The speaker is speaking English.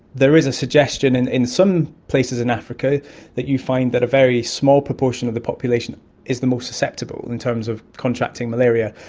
there is a suggestion and in some places in africa that you find that a very small proportion of the population is the more susceptible in terms of contracting malaria,